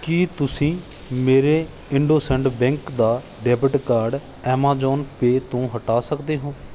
ਕੀ ਤੁਸੀਂਂ ਮੇਰੇ ਇੰਡੋਸਇੰਡ ਬੈਂਕ ਦਾ ਡੈਬਿਟ ਕਾਰਡ ਐਮਾਜੋਨ ਪੇ ਤੋਂ ਹਟਾ ਸਕਦੇ ਹੋ